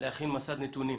להכין מסד נתונים